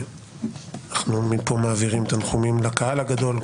אנחנו מפה מעבירים תנחומים לקהל הגדול.